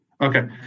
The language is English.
Okay